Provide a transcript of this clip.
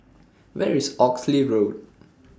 Where IS Oxley Road